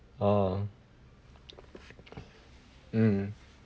orh mm